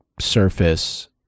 surface